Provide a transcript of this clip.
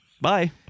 Bye